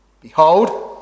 Behold